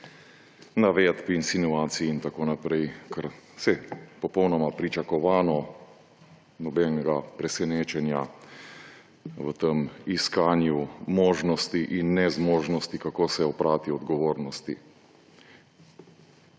navedb, insinuacij in tako naprej, saj popolnoma pričakovano, nobenega presenečenja v tem iskanju možnosti in nezmožnosti, kako se oprati odgovornosti.